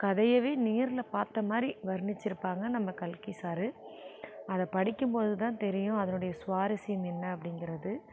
கதையவே நேரில் பார்த்த மாதிரி வர்ணிச்சிருப்பாங்க நம்ம கல்கி சாரு அதை படிக்கும் பொழுது தான் தெரியும் அதனுடைய சுவாரஸ்யம் என்ன அப்படிங்கறது